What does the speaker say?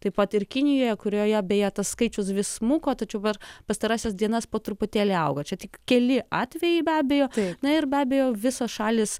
taip pat ir kinijoje kurioje beje tas skaičius vis smuko tačiau per pastarąsias dienas po truputėlį auga čia tik keli atvejai be abejo tai na ir be abejo visos šalys